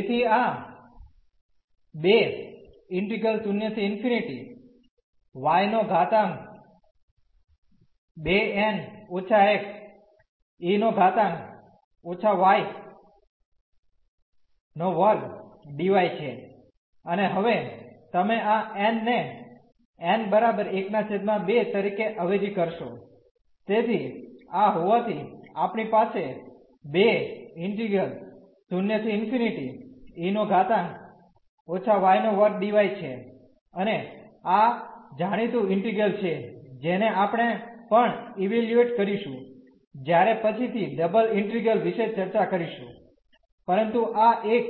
તેથી આછે અને હવે તમે આ n ને n12 તરીકે અવેજી કરશો તેથી આ હોવાથી આપણી પાસે છે અને આ જાણીતું ઇન્ટીગ્રલ છે જેને આપણે પણ ઇવેલ્યુએટ કરીશું જ્યારે પછીથી ડબલ ઇન્ટીગ્રલ વિશે ચર્ચા કરીશું પરંતુ આ એક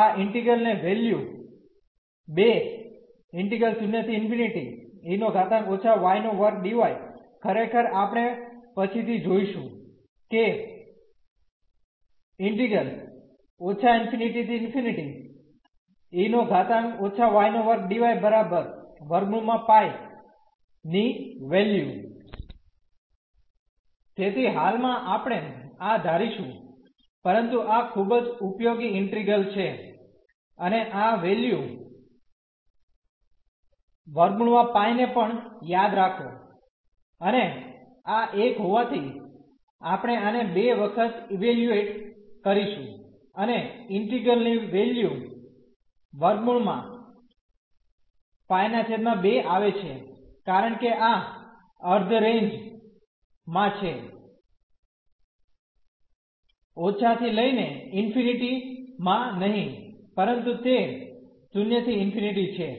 આ ઇન્ટીગ્રલ ને વેલ્યુ ખરેખર આપણે પછી થી જોઈશું કે ની વેલ્યું તેથી હાલમાં આપણે આ ધારીશું પરંતુ આ ખૂબ જ ઉપયોગી ઈન્ટિગ્રલ છે અને આ વેલ્યુ √π ને પણ યાદ રાખો અને આ એક હોવાથી આપણે આને 2 વખત ઇવેલ્યુએટ કરીશું અને ઈન્ટિગ્રલ ની વેલ્યુ √π2 આવે છે કારણ કે આ અર્ધ રેન્જ માં છે ઓછા થી લઈને ઇન્ફીનીટી માં નહીં પરંતુ તે 0 થી ∞ છે